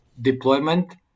deployment